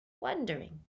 wondering